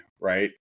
right